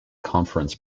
conference